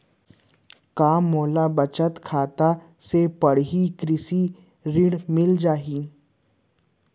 का मोला बचत खाता से पड़ही कृषि ऋण मिलिस जाही?